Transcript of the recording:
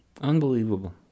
Unbelievable